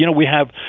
you know we have,